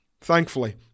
Thankfully